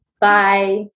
Bye